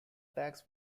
tax